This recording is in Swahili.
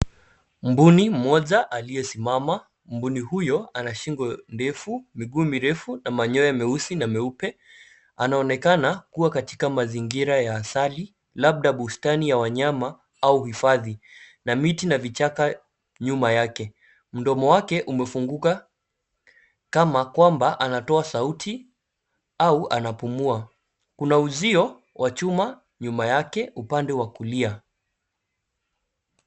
Mbuni mmoja aliyesimama. Mbuni huyo ana shingo ndefu, miguu mirefu na manyoya meusi na meupe. Anaonekana kuwa katika mazingira ya asali labda bustani ya wanyama na hifadhi na miti na vichaka nyuma yake. Mdomo wake umefunguka kama kwamba anatoa sauti au anapumua. Kuna uzio wa chuma myuma yake upande wa kulia.